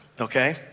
okay